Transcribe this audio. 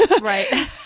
right